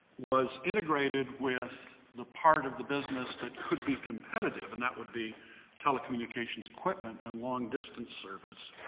was integrated with the part of the business, that could be competitive, and that would be telecommunications equipment and long distance service,